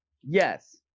yes